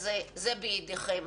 אז זה בידיכם.